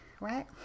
right